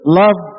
love